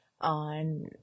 on